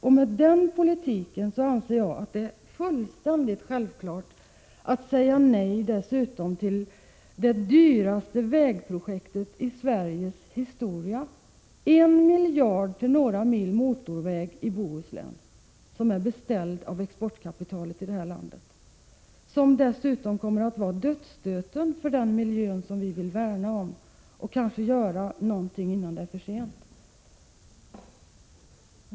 Med en sådan politik anser jag dessutom att det är fullständigt självklart att säga nej till det dyraste vägprojektet i Sveriges historia: 1 miljard till några mil motorväg i Bohuslän, som är beställda av exportkapitalet i vårt land. Denna motorvägssträcka kommer dessutom att vara dödsstöten för den miljö som vi vill värna om. Vi vill göra någonting innan det kanske är för sent.